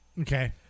Okay